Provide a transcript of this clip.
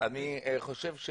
אני חושב,